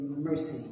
mercy